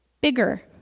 bigger